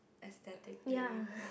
aesthetically please